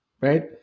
Right